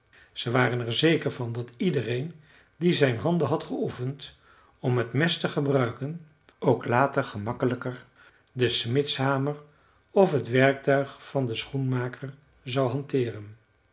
ze waren er zeker van dat iedereen die zijn handen had geoefend om het mes te gebruiken ook later gemakkelijker den smidshamer of het werktuig van den schoenmaker zou hanteeren